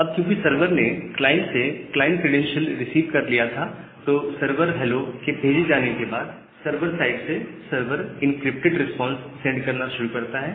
अब क्योंकि सर्वर ने क्लाइंट से क्लाइंट क्रेडेंशियल रिसीव कर लिया था तो अब सर्वर हैलो के भेजे जाने के बाद सर्वर साइड से सरवर इंक्रिप्टेड रिस्पांस सेंड करना शुरू करता है